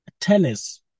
tennis